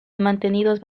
mantenidos